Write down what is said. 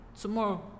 tomorrow